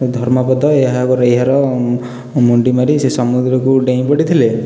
ଧର୍ମପଦ ଏହାର ମୁଣ୍ଡି ମାରି ସେ ସମୁଦ୍ରକୁ ଡେଇଁ ପଡ଼ିଥିଲେ